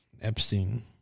Epstein